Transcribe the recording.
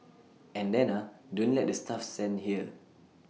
and then ah don't let the staff stand here